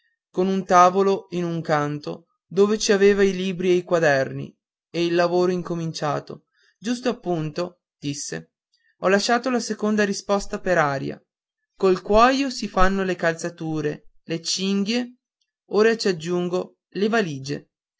con un tavolo in un canto dove ci aveva i libri e i quaderni e il lavoro incominciato giusto appunto disse ho lasciato la seconda risposta per aria col cuoio si fanno le calzature le cinghie ora ci aggiungo le valigie